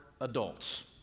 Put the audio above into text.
adults